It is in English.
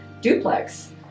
duplex